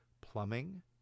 plumbing